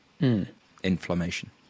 inflammation